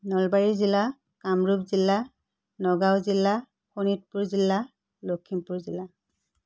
নলবাৰী জিলা কামৰূপ জিলা নগাঁও জিলা শোণিতপুৰ জিলা লখিমপুৰ জিলা